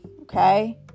okay